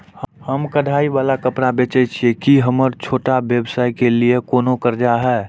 हम कढ़ाई वाला कपड़ा बेचय छिये, की हमर छोटा व्यवसाय के लिये कोनो कर्जा है?